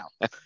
now